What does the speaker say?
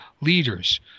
leaders